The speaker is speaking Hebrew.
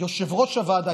יושב-ראש הוועדה.